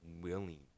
willing